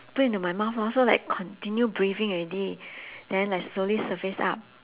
put into my mouth lor so like continue breathing already then I slowly surface up